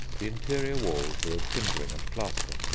the interior walls were of timbering and plaster,